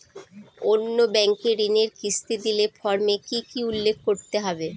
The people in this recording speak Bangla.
অন্য ব্যাঙ্কে ঋণের কিস্তি দিলে ফর্মে কি কী উল্লেখ করতে হবে?